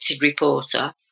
reporter